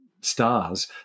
stars